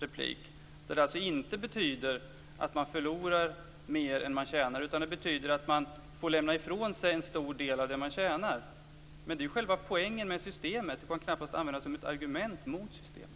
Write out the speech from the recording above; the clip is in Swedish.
Det betyder alltså inte att man förlorar mer än man tjänar, utan det betyder att man får lämna ifrån sig en stor del av det man tjänar. Det är själva poängen med systemet. Det går knappast att använda som ett argument mot systemet.